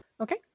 okay